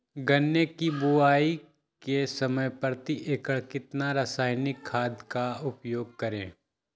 गन्ने की बुवाई के समय प्रति एकड़ कितना रासायनिक खाद का उपयोग करें?